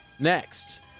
Next